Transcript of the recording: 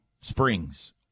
Springs